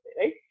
right